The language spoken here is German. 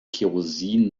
kerosin